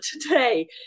today